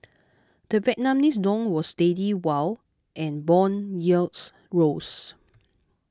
the Vietnamese dong was steady while and bond yields rose